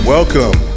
Welcome